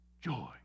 joy